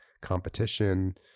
competition